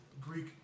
Greek